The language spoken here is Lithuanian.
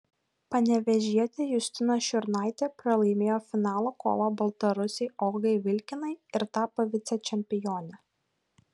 panevėžietė justina šiurnaitė pralaimėjo finalo kovą baltarusei olgai vilkinai ir tapo vicečempione